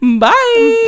bye